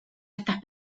estás